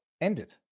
ended